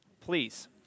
Please